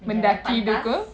mendaki gunung